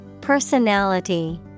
Personality